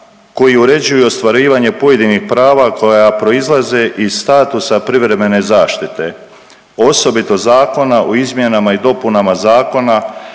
koji uređuju ostvarivanje pojedinih prava koja proizlaze iz statusa privremene zaštite, osobito Zakona o izmjenama i dopunama Zakona